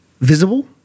visible